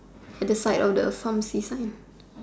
at the side of the sign